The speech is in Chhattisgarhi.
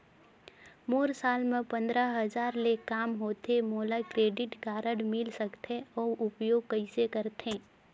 मोर साल मे पंद्रह हजार ले काम होथे मोला क्रेडिट कारड मिल सकथे? अउ उपयोग कइसे करथे?